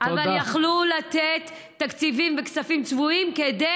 אבל יכלו לתת תקציבים וכספים צבועים כדי